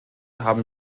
haben